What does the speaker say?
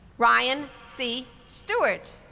ryan c. stewart,